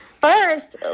First